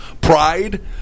pride